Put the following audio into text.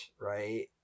right